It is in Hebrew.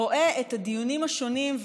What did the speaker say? רואה את הדיונים השונים,